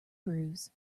bruise